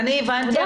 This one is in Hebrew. עובדה.